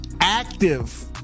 active